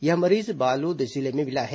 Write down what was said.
यह मरीज बालोद जिले में मिला है